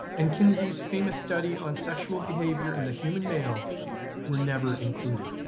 and kinsey's famous study on sexual behavior in the human male were never included.